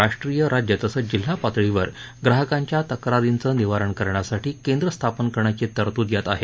राष्ट्रीय राज्य तसंच जिल्हा पातळीवर ग्राहकांच्या तक्रारींचं निवारण करण्यासाठी केंद्र स्थापन करण्याची तरतूद यात आहे